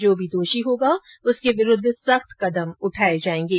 जो भी दोषी होगा उसके विरूद्व सख्त कदम उठाये जायेंगे